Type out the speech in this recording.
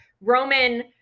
Roman